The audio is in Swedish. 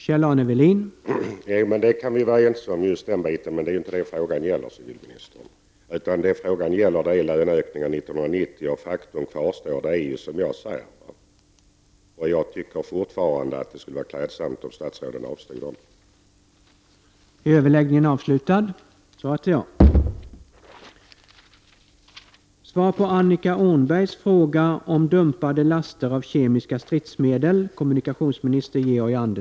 Herr talman! Just det kan vi vara överens om, men det är ju inte det som frågan gäller, civilministern. Frågan gäller ju löneökningar 1990. Faktum kvarstår alltså att det är som jag har sagt, och jag tycker fortfarande att det skulle vara klädsamt om statsråden avstod från sina löneökningar.